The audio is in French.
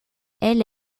elle